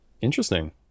Interesting